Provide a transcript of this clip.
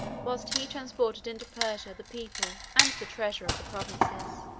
whilst he transported into persia the people and the treasures of the provinces.